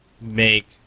make